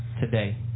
today